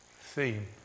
theme